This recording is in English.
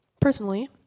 Personally